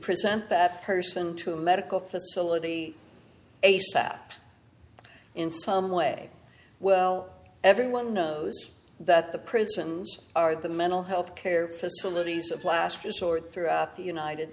present that person to a medical facility a set in some way well everyone knows that the prisons are the mental health care facilities of last resort throughout the united